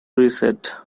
reset